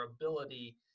ability